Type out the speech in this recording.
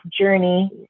journey